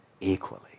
Equally